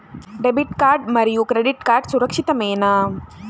Debit card మరియు credit card సురక్షితమేనా?